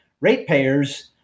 ratepayers